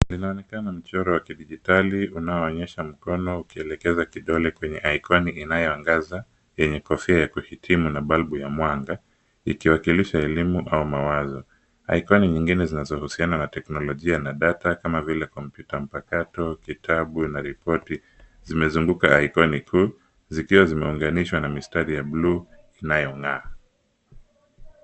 Linaonekana mchoro wa kidijitali unayo onyesha mkono ukielekeza kidole kwenye ikoni inayo angaza yenye kofia ya kuhitimu na balbu ya mwanga ikiwakilisha elimu au mawazo. Ikoni nyingine zinazohusiana na teknolojia na data kama vile kompyuta mpakato, kitabu na ripoti zimezunguka ikoni huu, zikuwa zime unganishwa na mistari ya bluu inayong'aa.